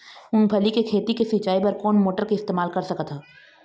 मूंगफली के खेती के सिचाई बर कोन मोटर के इस्तेमाल कर सकत ह?